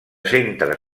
centra